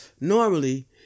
normally